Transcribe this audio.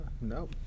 no